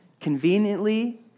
conveniently